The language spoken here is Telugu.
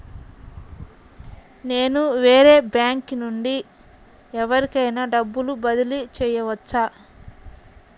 నేను వేరే బ్యాంకు నుండి ఎవరికైనా డబ్బు బదిలీ చేయవచ్చా?